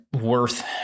worth